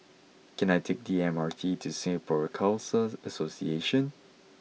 can I take the M R T to Singapore Khalsa Association